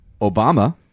Obama